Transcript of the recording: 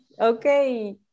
Okay